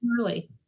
Early